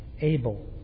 Abel